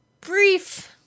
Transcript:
brief